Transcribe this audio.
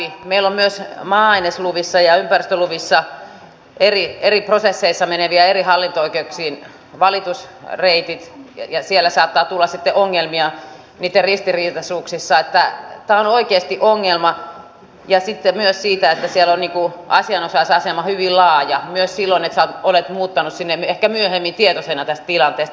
meillä on myös maa ainesluvissa ja ympäristöluvissa valitusreitit eri prosesseissa eri hallinto oikeuksiin ja siellä saattaa tulla sitten ongelmia niitten ristiriitaisuuksissa tämä on oikeasti ongelma ja sitten myös siinä että siellä on asianosaisen asema hyvin laaja myös silloin jos sinä olet muuttanut sinne ehkä myöhemmin tietoisena tästä tilanteesta